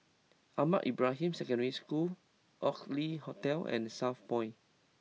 Ahmad Ibrahim Secondary School Oxley Hotel and Southpoint